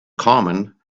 common